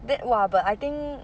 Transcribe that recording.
then !wah! but I think